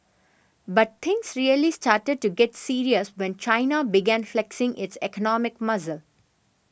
but things really started to get serious when China began flexing its economic muscle